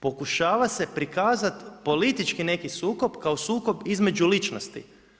Pokušava se prikazati politički neki sukob, kao sukob između ličnosti.